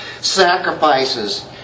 sacrifices